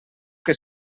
que